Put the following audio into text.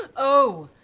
oh,